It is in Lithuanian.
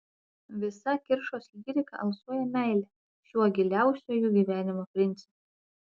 visa kiršos lyrika alsuoja meile šiuo giliausiuoju gyvenimo principu